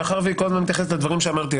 מאחר שהיא כל הזמן מתייחסת לדברים שאמרתי.